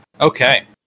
Okay